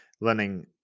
learning